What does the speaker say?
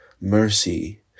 Mercy